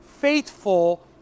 faithful